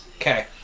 Okay